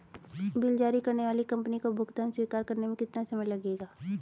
Bill जारी करने वाली कंपनी को भुगतान स्वीकार करने में कितना समय लगेगा?